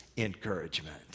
Encouragement